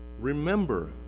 Remember